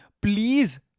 Please